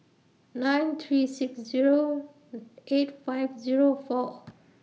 nine three six Zero eight five Zero four